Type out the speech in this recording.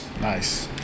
Nice